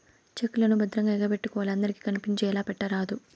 check లను భద్రంగా ఎగపెట్టుకోవాలి అందరికి కనిపించేలా పెట్టరాదు